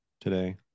today